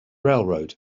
railroad